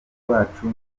rwacu